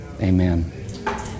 amen